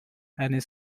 and